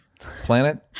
planet